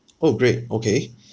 orh great okay